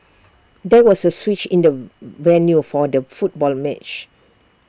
there was A switch in the venue for the football match